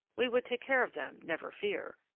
we would take care of them, never fear,